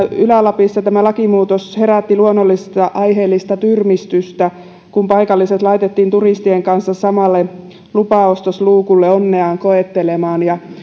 ylä lapissa lakimuutos herätti luonnollista aiheellista tyrmistystä kun paikalliset laitettiin turistien kanssa samalle lupaostosluukulle onneaan koettelemaan